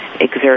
exert